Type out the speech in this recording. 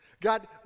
God